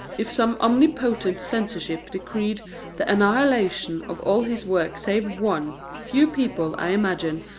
if some omnipotent censorship decreed the annihilation of all his works save one, few people, i imagine,